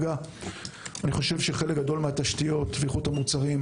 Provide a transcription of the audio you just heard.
אני חושב שחלק גדול מן התשתיות ואיכות המוצרים,